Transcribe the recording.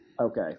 Okay